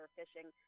fishing